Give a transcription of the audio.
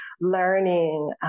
learning